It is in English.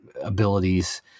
abilities